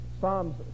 psalms